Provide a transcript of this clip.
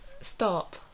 stop